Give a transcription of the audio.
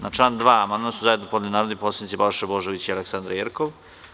Na član 2. amandman su zajedno podneli narodni poslanici Balša Božović i mr Aleksandra Jerkov.